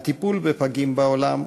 הטיפול בפגים בעולם,